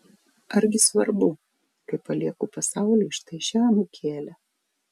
argi svarbu kai palieku pasauliui štai šią anūkėlę